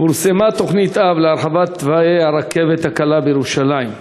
פורסמה תוכנית-אב להרחבת תוואי הרכבת הקלה בירושלים,